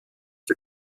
der